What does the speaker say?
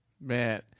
man